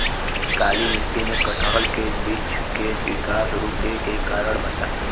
काली मिट्टी में कटहल के बृच्छ के विकास रुके के कारण बताई?